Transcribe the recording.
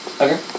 Okay